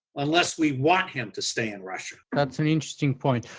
unless we want him to stay in russia. that's an interesting point.